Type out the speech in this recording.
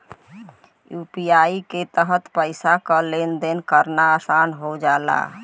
UPI के तहत पइसा क लेन देन करना आसान हो जाला